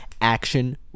action